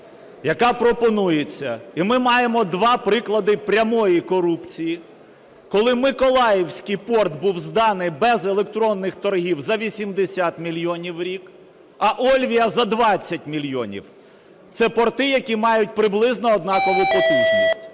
яка пропонується. І ми маємо два приклади прямої корупції, коли Миколаївський порт був зданий без електронних торгів за 80 мільйонів у рік, а Ольвія – за 20 мільйонів. Це порти, які мають приблизно однакову потужність.